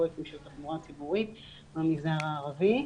לפרויקטים של תחבורה ציבורית במגזר הערבי.